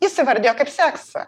jis įvardijo kaip seksą